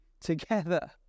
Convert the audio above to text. together